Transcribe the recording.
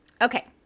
Okay